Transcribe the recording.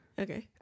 Okay